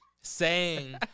saying-